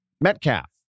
Metcalf